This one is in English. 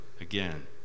again